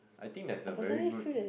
I think there is a very good